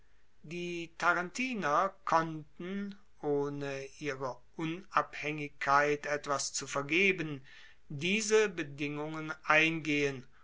die tarentiner konnten ohne ihrer unabhaengigkeit etwas zu vergeben diese bedingungen eingehen